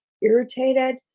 irritated